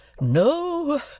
No